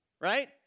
right